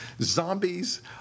Zombies